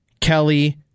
Kelly